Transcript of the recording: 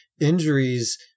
injuries